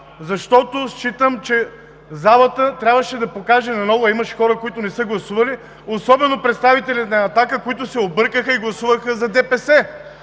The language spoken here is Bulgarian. защото считам, че залата трябваше да покаже наново – имаше хора, които не са гласували, особено представителите на „Атака“, които се объркаха и гласуваха за ДПС!